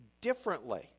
differently